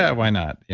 ah why not? yeah